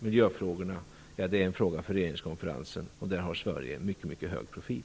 Miljöfrågorna är en fråga för regeringskonferensen och där har Sverige en mycket hög profil.